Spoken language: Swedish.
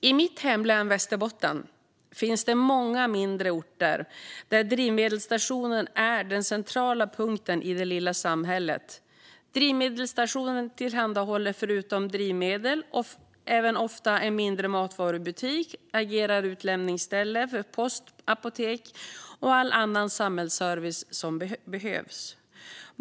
I mitt hemlän Västerbotten finns många mindre orter där drivmedelsstationen är den centrala punkten i det lilla samhället. Drivmedelsstationen tillhandahåller förutom drivmedel även ofta en mindre matvarubutik. Den agerar utlämningsställe för post och apotek och utför all annan samhällsservice som behövs.